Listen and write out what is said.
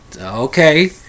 okay